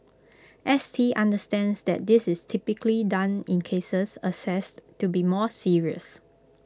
S T understands that this is typically done in cases assessed to be more serious